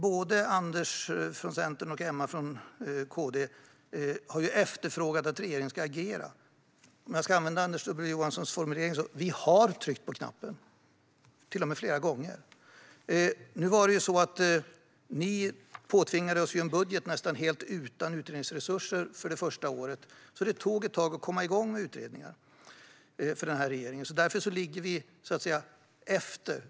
Både Anders från Centern och Emma från KD har efterfrågat att regeringen ska agera. Om jag ska använda Anders W Jonssons formulering kan jag säga att vi har tryckt på knappen - till och med flera gånger. Ni påtvingade oss en budget nästan helt utan utredningsresurser för det första året, så det tog ett tag för den här regeringen att komma igång med utredningar. Därför ligger vi efter.